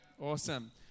Awesome